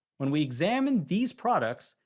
when we examine these products,